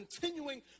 Continuing